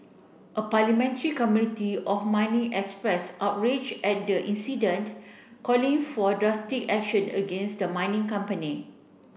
a parliamentary community of mining express outrage at the incident calling for drastic action against the mining company